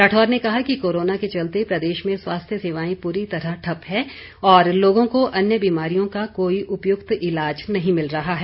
राठौर ने कहा कि कोरोना के चलते प्रदेश में स्वास्थ्य सेवाएं पूरी तरह ठप हैं और लोगों को अन्य बीमारियों का कोई उपयुक्त ईलाज नहीं मिल रहा है